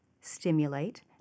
stimulate